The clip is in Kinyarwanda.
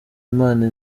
imana